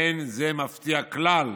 אין זה מפתיע כלל